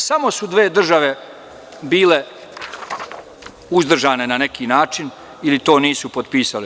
Samo su dve države bile uzdržane, na neki način, ili to nisu potpisale.